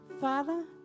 Father